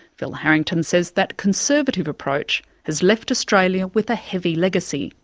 phil harrington says that conservative approach has left australia with a heavy legacy.